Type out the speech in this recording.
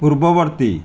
ପୂର୍ବବର୍ତ୍ତୀ